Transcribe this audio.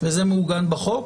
וזה מעוגן בחוק?